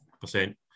percent